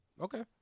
Okay